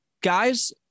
guys